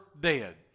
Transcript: dead